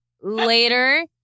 later